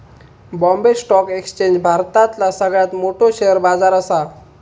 Bombay stock exchange भारतातला सगळ्यात मोठो शेअर बाजार असा